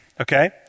Okay